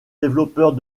développeurs